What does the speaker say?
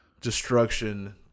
destruction